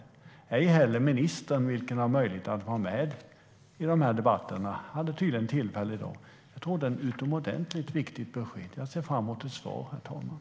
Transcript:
Inte heller ministern hade tydligen tillfälle att vara med i dagens debatt. Jag tycker att det är utomordentligt viktigt att få besked och ser fram emot ett svar, herr talman.